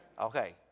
Okay